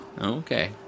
Okay